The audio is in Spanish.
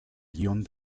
guión